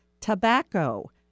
tobacco